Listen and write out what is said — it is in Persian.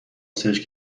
سرچ